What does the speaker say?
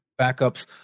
backups